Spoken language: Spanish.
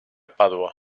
padua